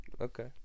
okay